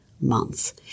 months